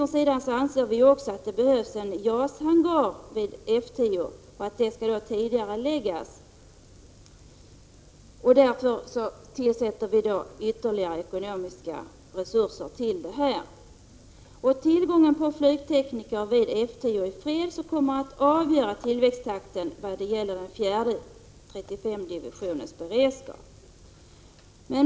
Vi i centern anser också att det behövs en JAS-hangar vid F 10 och att byggandet av en sådan skall tidigareläggas. Därför avsätter vi ytterligare ekonomiska resurser till detta. Tillgången på flygtekniker vid F 10:i fred kommer att avgöra tillväxttakten i den fjärde 35-divisionens beredskap.